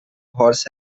horse